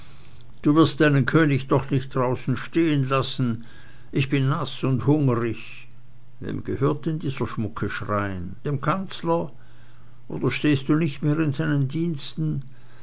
du wirst deinen könig doch nicht draußen stehen lassen ich bin naß und hungrig wem gehört denn dieser schmucke schrein dem kanzler oder stehst du nicht mehr in seinen diensten